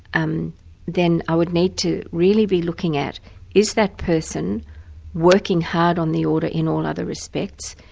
um then i would need to really be looking at is that person working hard on the order in all other respects?